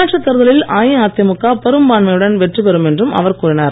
உள்ளாட்சி தேர்தலில் அஇஅதிமுக பெரும்பான்மையுடன் வெற்றி பெறும் என்றும அவர் கூறினார்